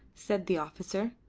said the officer.